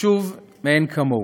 חשוב מאין-כמוהו.